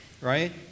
right